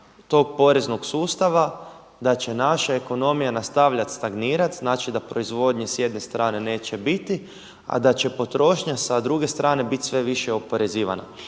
tog poreznog sustava, da će naša ekonomija nastavljat stagnirat, znači da proizvodnje s jedne strane neće biti, a da će potrošnja sa druge strane biti sve više oporezivana.